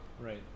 Right